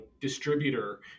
distributor